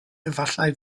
efallai